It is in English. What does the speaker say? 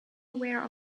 aware